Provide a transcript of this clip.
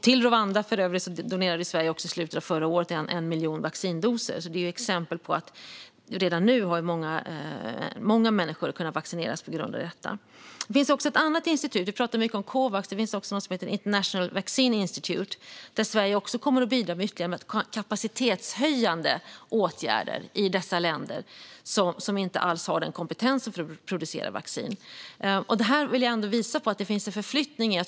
Till Rwanda donerade Sverige för övrigt 1 miljon vaccindoser i slutet av förra året, och många människor har kunnat vaccineras tack vare det. Vi pratar mycket om Covax, men International Vaccine Institute finns också. Härigenom kommer Sverige bidra med ytterligare kapacitetshöjande åtgärder i dessa länder, som inte alls har kompetens att producera vaccin. Med detta vill jag visa på att det finns en förflyttning.